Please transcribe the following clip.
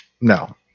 No